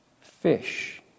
fish